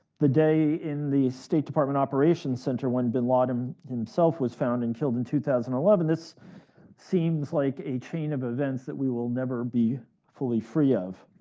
the day in the state department operations center when bin laden himself was found and killed in two thousand and eleven, this seems like a chain of events that we will never be fully free of.